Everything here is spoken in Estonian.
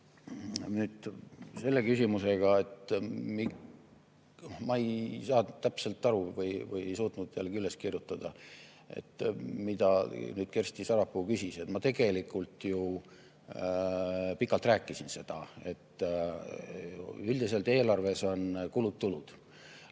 nüüd selle küsimusega, et miks ... Ma ei saanud täpselt aru või ei suutnud jälle üles kirjutada, mida nüüd Kersti Sarapuu küsis. Ma tegelikult ju pikalt rääkisin seda, et üldiselt eelarves on kulud-tulud.